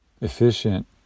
efficient